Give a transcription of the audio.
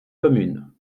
communes